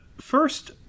first